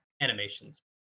animations